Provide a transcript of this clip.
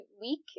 week